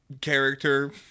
character